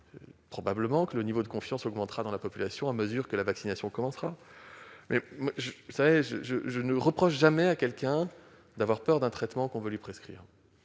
probable que le niveau de confiance augmentera dans la population à mesure que la campagne de vaccination progressera, mais je ne reproche jamais à quelqu'un d'avoir peur d'un traitement que l'on veut lui prescrire.